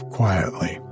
quietly